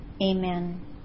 Amen